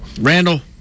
Randall